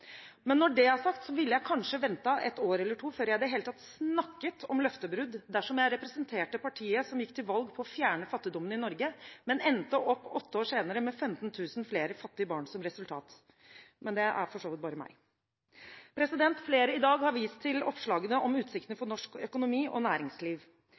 Men når det er sagt, ville jeg kanskje ventet ett år eller to før jeg i det hele tatt snakket om løftebrudd dersom jeg representerte partiet som gikk til valg på å fjerne fattigdommen i Norge, men endte opp åtte år senere med 15 000 flere fattige barn som resultat. Men det er for så vidt bare meg. Flere i dag har vist til oppslagene om utsiktene for norsk økonomi og næringsliv.